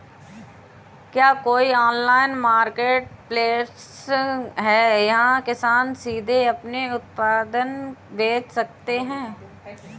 क्या कोई online marketplace है जहाँ किसान सीधे अपने उत्पाद बेच सकते हैं?